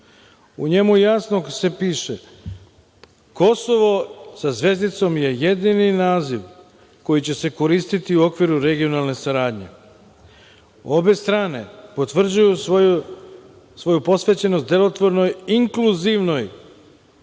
U njemu jasno piše – Kosovo sa zvezdicom je jedini naziv koji će se koristiti u okviru regionalne saradnje. Obe strane potvrđuju svoju posvećenost delotvornoj, inkluzivnoj,